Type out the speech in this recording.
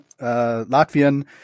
Latvian